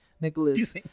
Nicholas